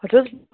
ہتہٕ حظ